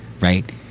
right